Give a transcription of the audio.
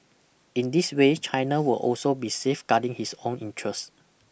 in this way China will also be safeguarding his own interests